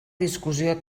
discussió